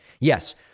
Yes